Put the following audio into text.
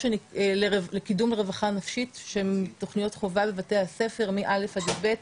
תוכניות לקידום הרווחה הנפשית שהן תוכניות חובה בבתי הספר מא' עד יב'.